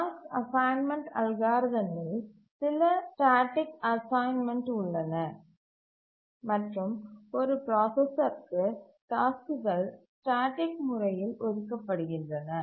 task assignment அல்காரிதமில் சில static assignment உள்ளன மற்றும் ஒரு பிராசசருக்கு டாஸ்க்குகள் ஸ்டேட்டிக் முறையில் ஒதுக்கப்படுகின்றன